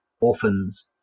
orphans